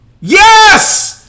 Yes